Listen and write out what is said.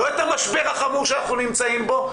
לא את המשבר החמור שאנחנו נמצאים בו,